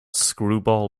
screwball